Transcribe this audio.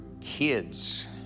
kids